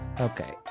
Okay